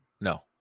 No